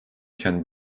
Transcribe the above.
can